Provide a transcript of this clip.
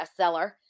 bestseller